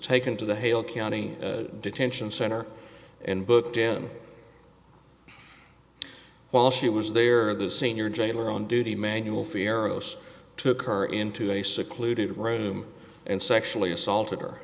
taken to the hale county detention center and booked in while she was there the senior jailer on duty manual pharaoh's took her into a secluded room and sexually assaulted her